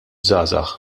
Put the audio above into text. żgħażagħ